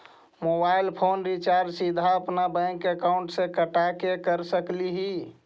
Mobile phone recharge सीधे अपन bank account से कटा के कर सकली ही?